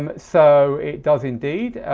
um so it does indeed.